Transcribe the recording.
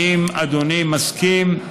האם אדוני מסכים,